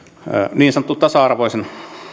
niin sanotun tasa arvoisen